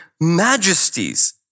majesties